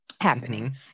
Happening